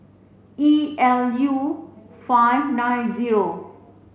E L U five nine zero